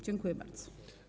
Dziękuję bardzo.